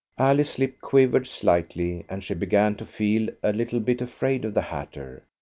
alice's lip quivered slightly, and she began to feel a little bit afraid of the hatter.